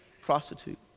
prostitute